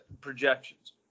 projections